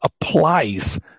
applies